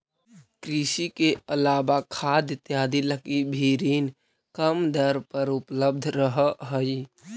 कृषि के अलावा खाद इत्यादि लगी भी ऋण कम दर पर उपलब्ध रहऽ हइ